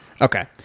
okay